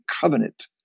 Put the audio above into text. covenant